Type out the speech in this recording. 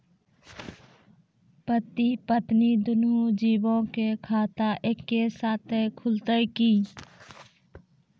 पति पत्नी दुनहु जीबो के खाता एक्के साथै खुलते की?